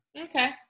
okay